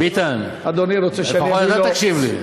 ביטן, לפחות אתה תקשיב לי.